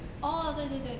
orh 对对对